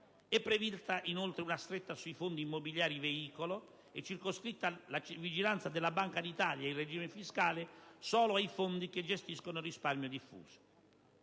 È prevista, inoltre, una stretta sui fondi immobiliari "veicolo", circoscrivendo la vigilanza della Banca d'Italia e il regime fiscale solo ai fondi che gestiscono risparmio diffuso.